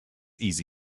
easy